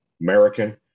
American